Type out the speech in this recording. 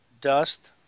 Dust